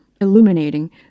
illuminating